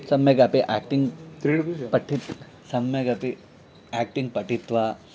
सम्यगपि अयाक्टिङ्ग् पठित्वा सम्यगपि आक्टिङ्ग् पठित्वा